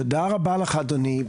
תודה רבה לך אדוני.